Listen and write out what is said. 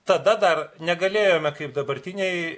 tada dar negalėjome kaip dabartiniai